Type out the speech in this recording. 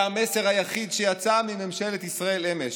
זה המסר היחיד שיצא מממשלת ישראל אמש.